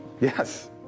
Yes